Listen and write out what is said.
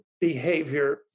behavior